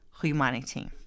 humanity